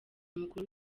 umukuru